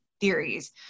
theories